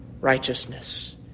righteousness